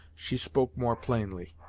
she spoke more plainly.